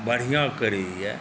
बढ़िआँ करैए